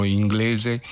inglese